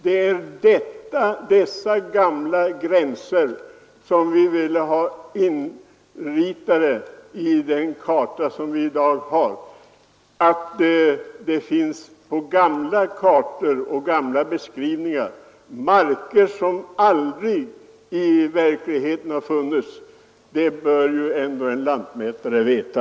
Det är de gamla gränserna som vi vill ha inritade på dagens karta. Att det på gamla kartor och i gamla beskrivningar finns marker som i verkligheten aldrig har funnits bör ändå en lantmätare veta.